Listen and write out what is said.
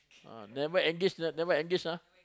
ah never engage never engage ah